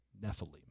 Nephilim